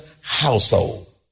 household